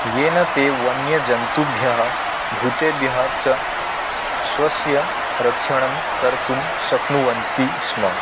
येन ते वन्यजन्तुभ्यः भूतेभ्यः च स्वस्य रक्षणं कर्तुं शक्नुवन्ति स्म